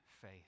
faith